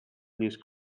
please